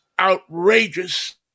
Outrageous